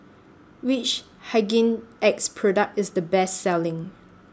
Which Hygin X Product IS The Best Selling